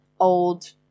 old